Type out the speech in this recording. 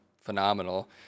phenomenal